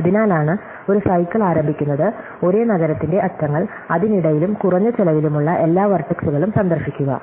അതിനാലാണ് ഒരു സൈക്കിൾ ആരംഭിക്കുന്നത് ഒരേ നഗരത്തിന്റെ അറ്റങ്ങൾ അതിനിടയിലും കുറഞ്ഞ ചെലവിലുമുള്ള എല്ലാ വെർടെക്സുകളും സന്ദർശിക്കുക